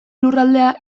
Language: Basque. lurraldea